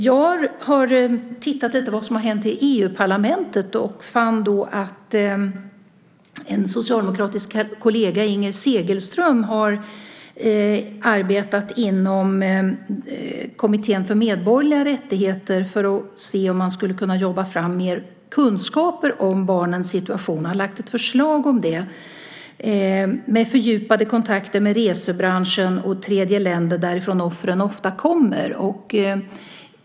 Jag har tittat lite på vad som har hänt i EU-parlamentet och fann då att en socialdemokratisk kollega, Inger Segelström, har arbetat inom Kommittén för medborgerliga rättigheter för att se om man skulle kunna jobba fram mer kunskaper om barnens situation. Hon har lagt fram ett förslag om fördjupade kontakter med resebranschen och tredjeländer, därifrån offren ofta kommer.